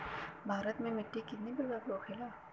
भारत में मिट्टी कितने प्रकार का होखे ला?